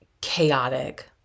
chaotic